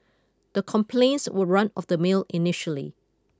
the complaints were run of the mill initially